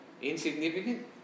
insignificant